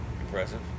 Impressive